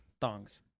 thongs